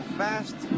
fast